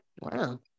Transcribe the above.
Wow